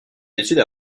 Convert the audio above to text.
études